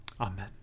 Amen